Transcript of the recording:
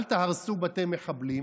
אל תהרסו בתי מחבלים,